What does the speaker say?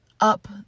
up